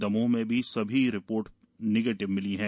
दमोह में भी सभी रिपोर्ट निगेटिव मिली हैं